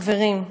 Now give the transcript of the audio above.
חברים.